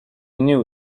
knew